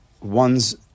ones